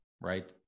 right